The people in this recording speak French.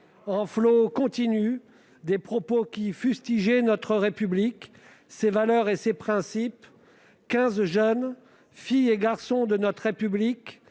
un flot continu de propos fustigeant notre République, ses valeurs et ses principes, quinze jeunes, filles et garçons de notre pays,